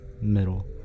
middle